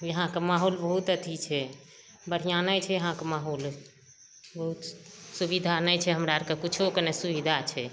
इहाँके माहौल बहुत अथी छै बढ़िऑं नहि छै इहाँक माहौल बहुत सुबिधा नहि छै हमरा आरके किछोके नहि सुबिधा छै